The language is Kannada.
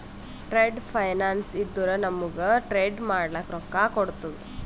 ಟ್ರೇಡ್ ಫೈನಾನ್ಸ್ ಇದ್ದುರ ನಮೂಗ್ ಟ್ರೇಡ್ ಮಾಡ್ಲಕ ರೊಕ್ಕಾ ಕೋಡ್ತುದ